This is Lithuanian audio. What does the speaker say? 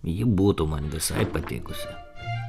ji būtų man visai patikusi